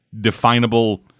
definable